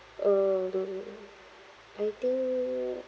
uh don't I think